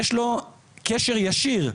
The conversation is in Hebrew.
יש לו קשר ישיר.